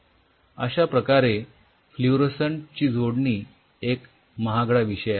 अश्याप्रकारे फ्लुरोसन्ट ची जोडणी एक महागडा विषय आहे